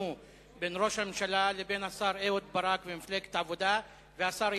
שהתקיימו בין ראש הממשלה לבין השר אהוד ברק ומפלגת העבודה והשר יעלון,